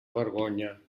vergonya